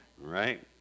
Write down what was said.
Right